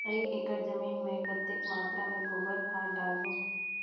एक एकड़ जमीन मे कतेक मात्रा मे गोबर खाद डालबो?